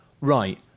right